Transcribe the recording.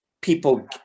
people